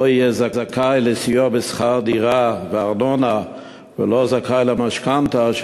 לא יהיה זכאי לסיוע בשכר דירה וארנונה ולא יהיה זכאי למשכנתה?